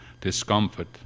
discomfort